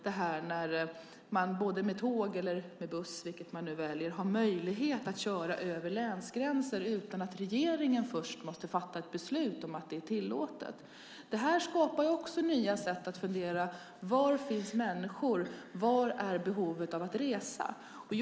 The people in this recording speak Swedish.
Då har man möjlighet att med både tåg och buss köra över länsgränser utan att regeringen först måste fatta beslut om att det är tillåtet. Då måste man fundera över var människorna finns och behoven av att resa finns.